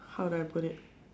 how do I put it